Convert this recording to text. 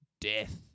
death